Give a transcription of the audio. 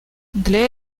для